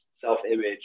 self-image